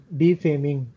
defaming